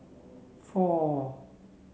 four